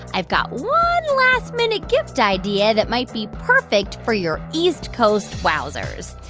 i've got one last-minute gift idea that might be perfect for your east coast wowzers.